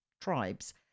tribes